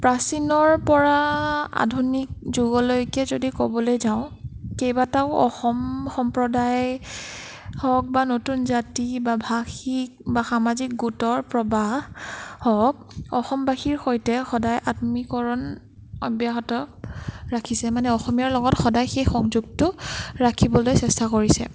প্ৰাচীনৰপৰা আধুনিক যুগলৈকে যদি ক'বলৈ যাওঁ কেইবাটাও অসম সম্প্ৰদায় হওক বা নতুন জাতি বা ভাষিক বা সামাজিক গোটৰ প্ৰবাস হওক অসমবাসীৰ সৈতে সদায় আত্মীকৰণ অব্যাহত ৰাখিছে মানে অসমীয়াৰ লগত সদায় সেই সংযোগটো ৰাখিবলৈ চেষ্টা কৰিছে